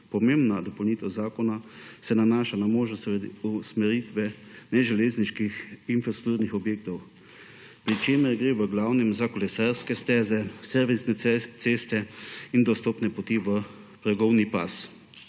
Pomembna dopolnitev zakona se nanaša na možnost umestitve neželezniških infrastrukturnih objektov, pri čemer gre v glavnem za kolesarske steze, servisne ceste in dostopne poti v progovni pas.